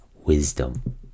wisdom